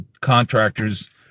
contractors